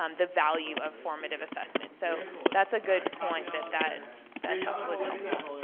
um the value of formative assessment. so that's a good point that that that was helpful.